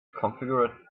configure